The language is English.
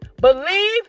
believe